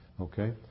Okay